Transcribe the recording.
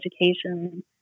education